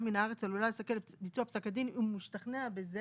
מן הארץ עלולה לסכל את ביצוע פסק הדין אם הוא השתכנע בזה",